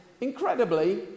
incredibly